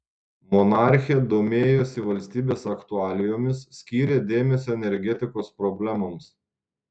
monarchė domėjosi valstybės aktualijomis skyrė dėmesio energetikos problemoms